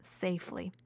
safely